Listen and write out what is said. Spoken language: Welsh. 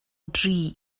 dri